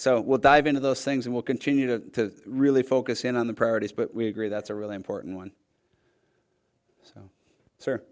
so we'll dive into those things and will continue to really focus in on the priorities but we agree that's a really important one